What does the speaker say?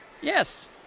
Yes